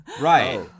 Right